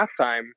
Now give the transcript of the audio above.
halftime